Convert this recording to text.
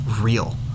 real